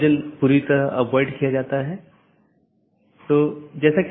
तो यह कुछ सूचित करने जैसा है